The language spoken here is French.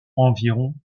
environ